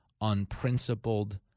unprincipled